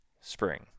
spring